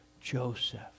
Joseph